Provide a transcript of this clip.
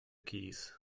keys